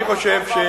אני חושב,